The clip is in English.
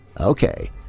Okay